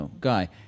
guy